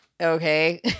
okay